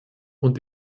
und